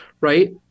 right